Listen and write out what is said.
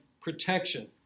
protection